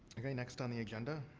okay. next on the agenda,